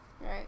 right